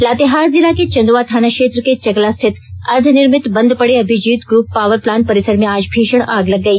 लातेहार जिला के चंदवा थाना क्षेत्र के चकला स्थित अर्ध निर्मित बंद पड़े अभिजीत ग्रुप पावर प्लांट परिसर में आज भीषण आग लग गई